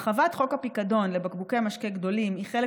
הרחבת חוק הפיקדון לבקבוקי משקה גדולים היא חלק